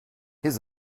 his